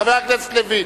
חבר הכנסת לוין.